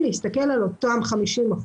להסתכל על אותם 50%,